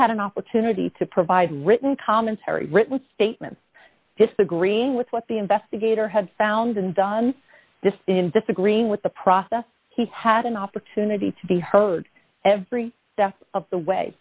had an opportunity to provide written commentary written statement disagreeing with what the investigator had found and done in disagreeing with the process he had an opportunity to be heard every step of the way